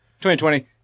2020